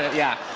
ah yeah.